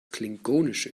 klingonische